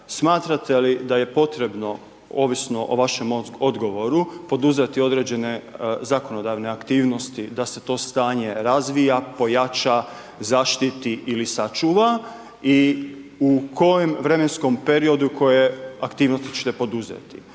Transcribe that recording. smatrate li da je potrebno, ovisno o vašem odgovoru, poduzeti određene zakonodavne aktivnosti da se to stanje razvija, pojača, zaštiti ili sačuva i u kojem vremenskom periodu koje aktivnosti ćete poduzeti?